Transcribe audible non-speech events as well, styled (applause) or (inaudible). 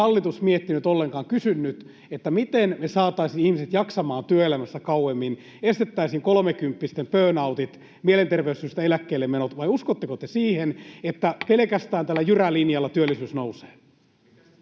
onko hallitus miettinyt ollenkaan, kysyn nyt, miten me saataisiin ihmiset jaksamaan työelämässä kauemmin, estettäisiin kolmekymppisten burnoutit, mielenterveyssyistä eläkkeelle menot? Vai uskotteko te siihen, (noise) että pelkästään tällä jyrälinjalla työllisyys nousee?